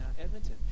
edmonton